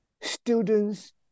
Students